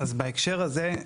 אז בהקשר הזה,